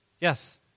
Yes